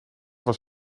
was